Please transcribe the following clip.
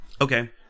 Okay